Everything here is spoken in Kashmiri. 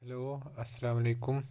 ہیٚلو اَسلامُ عَلیکُم